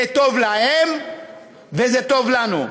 זה טוב להם וזה טוב לנו.